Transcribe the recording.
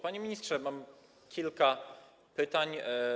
Panie ministrze, mam kilka pytań.